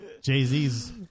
Jay-Z's